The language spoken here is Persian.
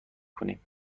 کنیم